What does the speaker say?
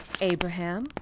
Abraham